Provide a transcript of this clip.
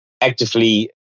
actively